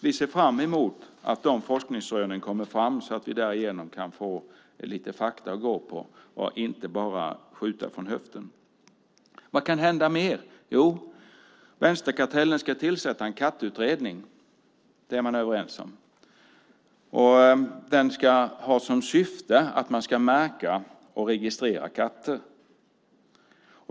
Vi ser fram emot de forskningsrönen så att vi därigenom kan få lite fakta att gå på och inte bara får skjuta från höften. Vad kan hända mer? Jo, vänsterkartellen ska tillsätta en kattutredning. Det är man överens om. Den ska ha som syfte att katter ska märkas och registreras.